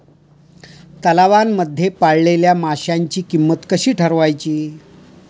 तलावांमध्ये पाळलेल्या माशांची किंमत कशी ठरवायची?